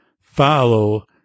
follow